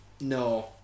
no